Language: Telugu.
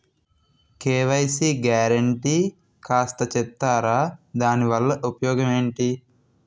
కే.వై.సీ గ్యారంటీ కాస్త చెప్తారాదాని వల్ల ఉపయోగం ఎంటి?